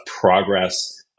progress